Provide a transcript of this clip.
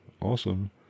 Awesome